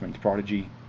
Prodigy